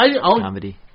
comedy